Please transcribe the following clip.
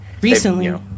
recently